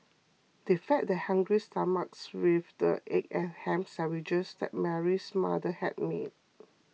they fed their hungry stomachs with the egg and ham sandwiches that Mary's mother had made